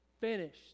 finished